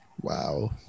Wow